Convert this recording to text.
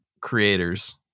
creators